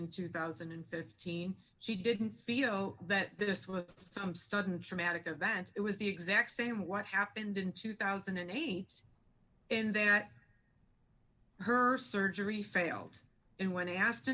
in two thousand and fifteen she didn't feel that this was some sudden dramatic event it was the exact same what happened in two thousand and eight in that her surgery failed and when a